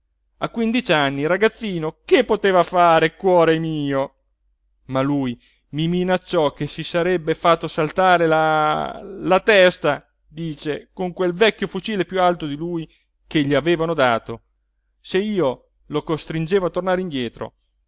a quindici anni ragazzino che poteva fare cuore mio ma lui mi minacciò che si sarebbe fatto saltar la la testa dice con quel vecchio fucile piú alto di lui che gli avevano dato se io lo costringevo a tornare indietro